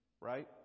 Right